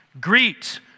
Greet